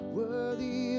worthy